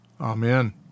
Amen